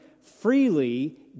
freely